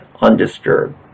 undisturbed